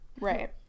Right